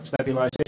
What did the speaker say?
stabilization